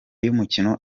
y’umukino